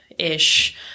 Ish